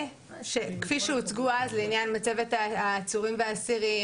שכפי שהוצגו אז לעניין מצבת העצורים והאסירים,